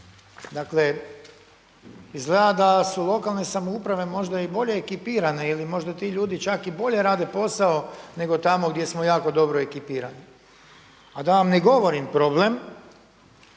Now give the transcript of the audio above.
Dakle, izgleda da su lokalne samouprave možda i bolje ekipirane ili možda ti ljudi čak i bolje rade posao nego tamo gdje smo jako dobro ekipirani. A da vam ne govorim problem